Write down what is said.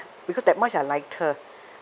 because that much I liked her